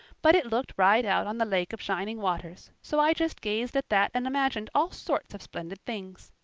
but it looked right out on the lake of shining waters, so i just gazed at that and imagined all sorts of splendid things.